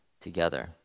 together